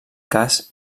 cas